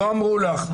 לא אמרו לך?